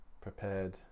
prepared